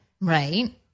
Right